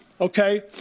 okay